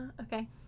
okay